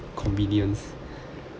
convenience